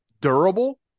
durable